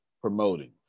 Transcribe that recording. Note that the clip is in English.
promoting